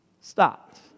stopped